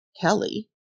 Kelly